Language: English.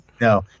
no